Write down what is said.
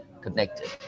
connected